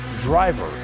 driver